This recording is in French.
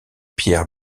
pierre